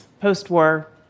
post-war